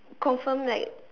confirm like